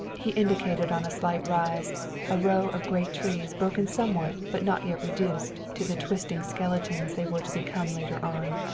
he indicated on a slight rise a row of great trees broken somewhat but not yet reduced to the twisted skeletons they were to become later on.